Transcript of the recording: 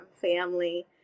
family